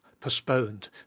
postponed